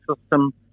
system